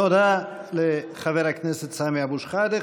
תודה לחבר הכנסת סמי אבו שחאדה.